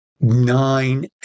nine